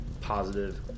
positive